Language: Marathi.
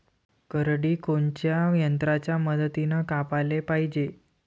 करडी कोनच्या यंत्राच्या मदतीनं कापाले पायजे?